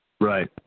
right